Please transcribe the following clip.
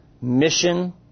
mission